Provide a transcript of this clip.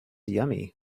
yummy